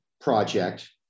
project